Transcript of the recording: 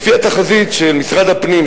לפי התחזית של משרד הפנים,